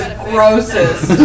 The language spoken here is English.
grossest